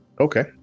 okay